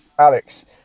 alex